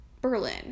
Berlin